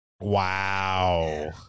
Wow